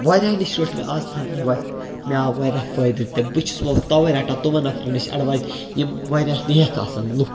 واریاہن نِش رٔٹ مےٚ آز تام اٮ۪ڈوایس مے آو واریاہ فٲیدٕ تہِ بہٕ چھُس وۄنۍ تَوَے رَٹان تِمَن نفرَن نِش اٮ۪ڈوایس یِم واریاہ نیک آسَن لُکھ